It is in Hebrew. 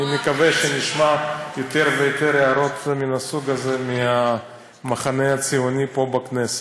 אני מקווה שנשמע יותר ויותר הערות מן הסוג הזה מהמחנה הציוני פה בכנסת.